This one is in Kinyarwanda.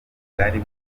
bwari